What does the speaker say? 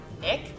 Nick